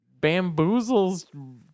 bamboozles